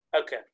Okay